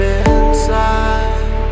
inside